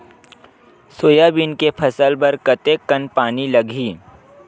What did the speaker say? Soybean के फसल बर कतेक कन पानी लगही?